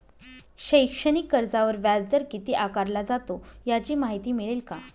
शैक्षणिक कर्जावर व्याजदर किती आकारला जातो? याची माहिती मिळेल का?